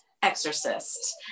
exorcist